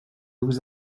vous